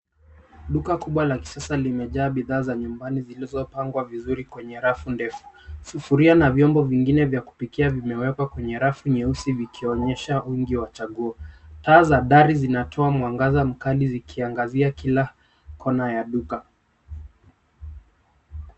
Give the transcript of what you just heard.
Duka kubwa la kisasa limejaa bidhaa za nyumbani zilizopangwa vizuri kwenye rafu. Sufuria na vyombo vingine vya kuoikia vimewekwa kwenye rafu nyeusi vikionyesha wingi wa chaguo. Taa za ndani zinatoa mwangaza mkali zikiangazia kila kona ya duka.